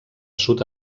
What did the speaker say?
sud